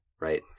Right